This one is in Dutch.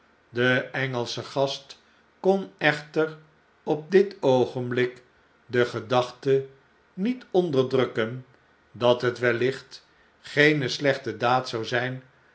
de engelsche gast kon echter op dit oogenblik de gedachte niet onderdrukken dat het wellicht geene slechte daad zou zqn